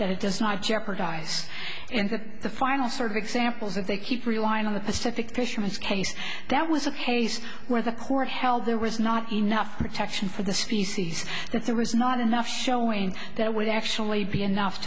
that it does not jeopardize and that the final sort of examples that they keep relying on the pacific pushing his case that was a case where the court held there was not enough protection for the species that there was not enough showing that would actually be enough